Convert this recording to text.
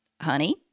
Honey